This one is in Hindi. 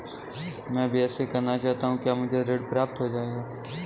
मैं बीएससी करना चाहता हूँ क्या मुझे ऋण प्राप्त हो जाएगा?